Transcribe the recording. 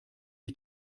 ich